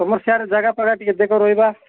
ତିମର ସିୟାଡ଼େ ଜାଗା ଫାଗା ଟିକେ ଦେଖ ରହିବା